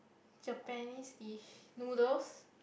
Japanese dish noodles